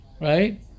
right